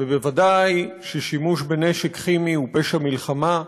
ובוודאי ששימוש בנשק כימי הוא פשע מלחמה,